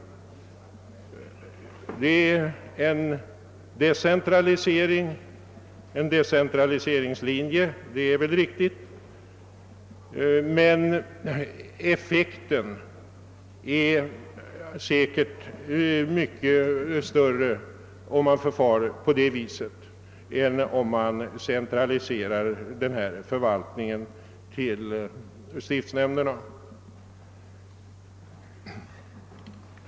Det är en decentraliseringslinje — det är riktigt — men effekten blir säkert mycket större om man förfar på det viset än om man centraliserar förvaltningen till stiftsnämnderna.